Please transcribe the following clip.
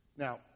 Now